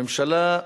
הממשלה,